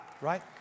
right